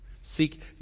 Seek